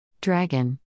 Dragon